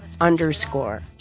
underscore